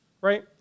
right